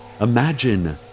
imagine